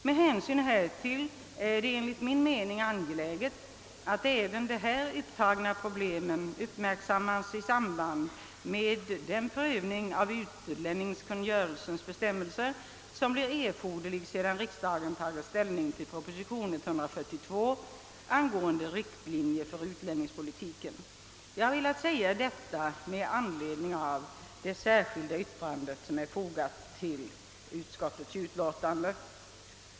Med hänsyn härtill är det enligt min mening angeläget att även detta problem uppmärksammas i samband med den prövning av utlänningskungörelsens bestämmelser som blir erforderlig sedan riksdagen tagit ställning till proposition 142 angående riktlinjer för utlänningspolitiken. Jag har inledningsvis velat lämna denna redogörelse för innehållet i mitt särskilda yttrande.